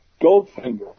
Goldfinger